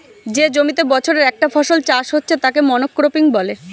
যে জমিতে বছরে একটা ফসল চাষ হচ্ছে তাকে মনোক্রপিং বলে